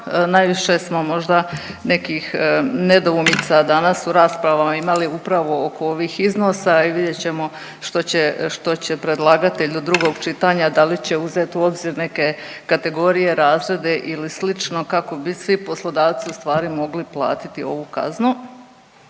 najviše smo možda nekih nedoumica danas u raspravama imali upravo oko ovih iznosa i vidjet ćemo što će predlagatelj do drugog čitanja, da li će uzeti u obzir neke kategorije, razrede ili slično kako bi svi poslodavci ustvari mogli platiti ovu kaznu.